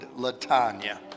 LaTanya